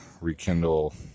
rekindle